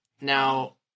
Now